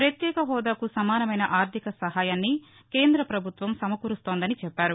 ప్రత్యేక హెూదాకు సమానమైన ఆర్గిక సహాయాన్ని కేంద్ర పభుత్వం సమకూరుస్తోందని చెప్పారు